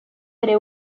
bere